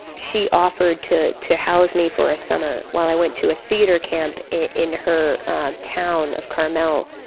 she offered to to house me for a summer while i went to a theater camp in her town of carmel.